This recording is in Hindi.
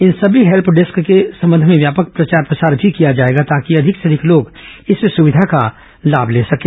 इन सभी हेल्प डेस्क के संबंध में व्यापक प्रचार प्रसार भी किया जाएगा ताकि अधिक से अधिक लोग इस सुविधा का लाभ ले सकें